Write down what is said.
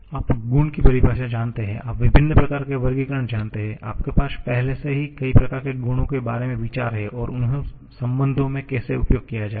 आप गुण की परिभाषा जानते हैं आप विभिन्न प्रकार के वर्गीकरण जानते हैं आपके पास पहले से ही कई प्रकार के गुणों के बारे में विचार है और उन्हें संबंधों में कैसे उपयोग किया जाए